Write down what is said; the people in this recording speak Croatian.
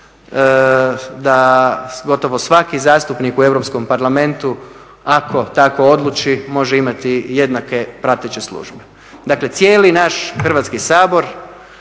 da gotovo svaki zastupnik u Europskom parlamentu ako tako odluči može imati jednake prateće službe. Dakle, cijeli naš Hrvatski sabor